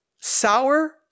sour